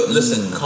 listen